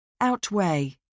Outweigh